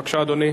בבקשה, אדוני.